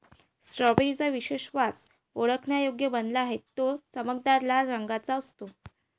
strawberry चा विशेष वास ओळखण्यायोग्य बनला आहे, तो चमकदार लाल रंगाचा असतो